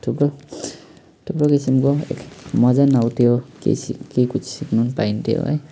थुप्रो थुप्रो किसिमको मजा पनि आउँथ्यो के सिक केही कुछ सिक्नु पाइन्थ्यो है